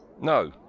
No